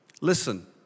Listen